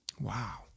Wow